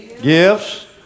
Gifts